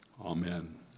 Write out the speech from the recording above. Amen